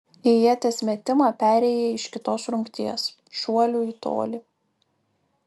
į ieties metimą perėjai iš kitos rungties šuolių į tolį